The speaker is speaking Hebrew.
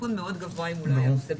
סיכון מאוד גבוה אם הוא לא יעשה בדיקה.